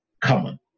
common